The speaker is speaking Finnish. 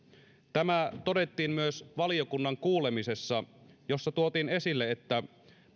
tämä todettiin myös valiokunnan kuulemisessa jossa tuotiin esille että